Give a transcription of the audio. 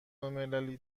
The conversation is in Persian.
المللی